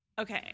okay